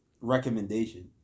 recommendation